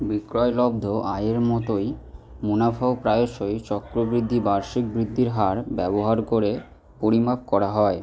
বিক্রয়লব্ধ আয়ের মতোই মুনাফাও প্রায়শই চক্রবৃদ্ধি বার্ষিক বৃদ্ধির হার ব্যবহার করে পরিমাপ করা হয়